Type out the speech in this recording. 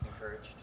Encouraged